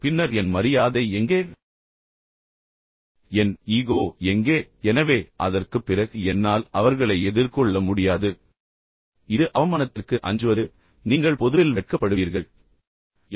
பின்னர் என் மரியாதை எங்கே என் ஈகோ எங்கே எனவே அதற்குப் பிறகு என்னால் அவர்களை எதிர்கொள்ள முடியாது இது அவமானத்திற்கு அஞ்சுவது நீங்கள் பொதுவில் வெட்கப்படுவீர்கள் என்று